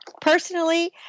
Personally